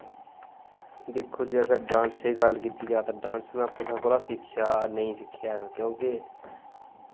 दिक्खो जी अगर डांसै दी गल्ल कीती जा ते डांस में कुसै कोला सिक्खेआ नेईं सिक्खेआ ऐ में क्योंकि